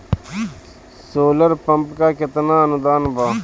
Solar pump पर केतना अनुदान बा?